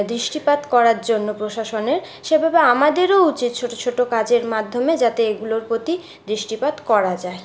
দৃষ্টিপাত করার জন্য প্রশাসনের সেভাবে আমাদেরও উচিৎ ছোটো ছোটো কাজের মাধ্যমে যাতে এগুলোর প্রতি দৃষ্টিপাত করা যায়